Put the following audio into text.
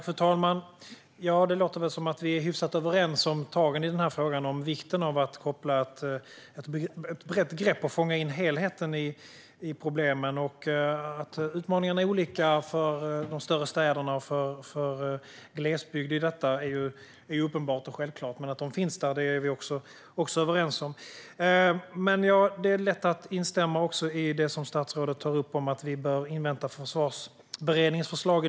Fru talman! Det låter som att vi är hyfsat överens om vikten av att koppla ett brett grepp och fånga in helheten i problemen. Det är uppenbart och självklart att utmaningarna är olika för de större städerna och för glesbygden, men vi är överens om att de finns. Det är lätt att instämma i det statsrådet tog upp om att vi bör invänta Försvarsberedningens förslag.